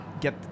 get